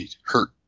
hurt